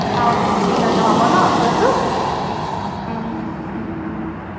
অঁ ঠিক আছে হ'ব ন থৈছোঁ